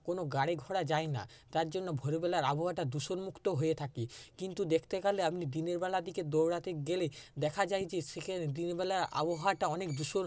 কোনো গাড়ি ঘোড়া যায় না তার জন্য ভোরবেলার আবহাওয়াটা দূষণমুক্ত হয়ে থাকে কিন্তু দেখতে গেলে আপনি দিনের বেলার দিকে দৌড়াতে গেলে দেখা যায় যে সেখানে দিনের বেলার আবহাওয়াটা অনেক দূষণ